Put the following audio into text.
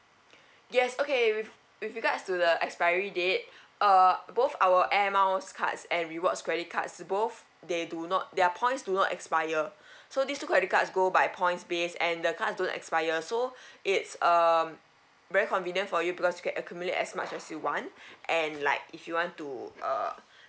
yes okay with with regards to the expiry date uh both our air miles cards and rewards credit cards both they do not their points do not expire so these two credits cards go by points base and the card don't expire so it's uh very convenient for you because you can accumulate as much as you want and like if you want to uh